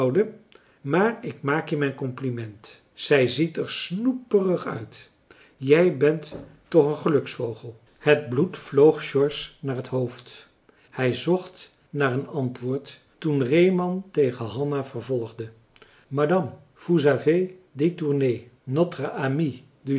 maar ik maak je mijn compliment zij ziet er snoeperig uit jij bent toch een geluksvogel het bloed vloog george naar t hoofd hij zocht naar een antwoord toen reeman tegen hanna vervolgde madame vous avez détourné notre ami